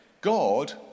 God